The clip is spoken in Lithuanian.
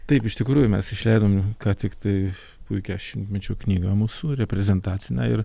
taip iš tikrųjų mes išleidom ką tiktai puikią šimtmečio knygą mūsų reprezentacinę ir